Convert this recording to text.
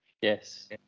yes